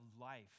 life